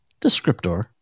descriptor